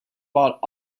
bought